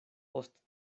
post